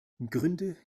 gründe